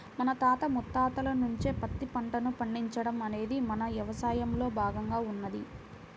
మన తాత ముత్తాతల నుంచే పత్తి పంటను పండించడం అనేది మన యవసాయంలో భాగంగా ఉన్నది